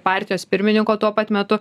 partijos pirmininko tuo pat metu